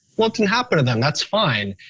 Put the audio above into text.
well it can happen to them, that's fine.